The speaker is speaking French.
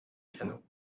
piano